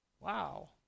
wow